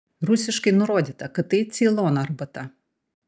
rusiškai nurodyta kad tai ceilono arbata